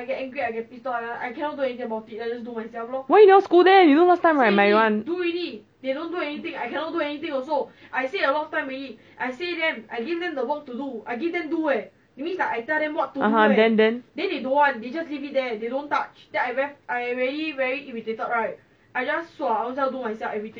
why you never scold them you know last time right my one (uh huh) then then